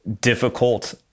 difficult